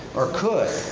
or could.